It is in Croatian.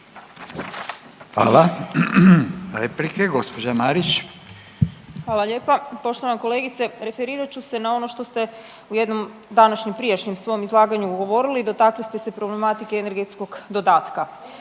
Marić. **Marić, Andreja (SDP)** Hvala lijepa poštovana kolegice. Referirat ću se na ono što ste u jednom današnjem prijašnjem svom izlaganju govorili i dotakli ste se problematike energetskog dodatka.